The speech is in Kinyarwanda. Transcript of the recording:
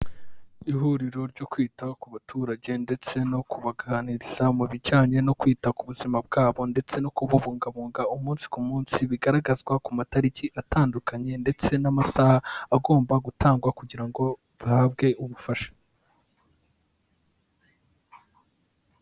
Ihuriro ryo kwita ku baturage ndetse no kubaganiriza mu bijyanye no kwita ku buzima bwabo ndetse no kububungabunga umunsi ku munsi, bigaragazwa ku matariki atandukanye ndetse n'amasaha agomba gutangwa kugira ngo bahabwe ubufasha.